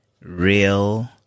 real